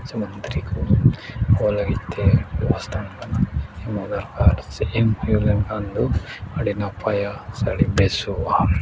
ᱥᱮ ᱢᱚᱱᱛᱨᱤ ᱠᱚ ᱦᱚᱲ ᱞᱟᱹᱜᱤᱫᱛᱮ ᱵᱮᱵᱚᱥᱛᱷᱟ ᱚᱱᱠᱟ ᱮᱢᱚᱜ ᱫᱚᱨᱠᱟᱨ ᱥᱮ ᱮᱢ ᱦᱩᱭᱩᱜ ᱞᱮᱱᱠᱷᱟᱱ ᱫᱚ ᱟᱹᱰᱤ ᱱᱟᱯᱟᱭᱟ ᱥᱮ ᱟᱹᱰᱤ ᱵᱮᱥᱚᱜᱼᱟ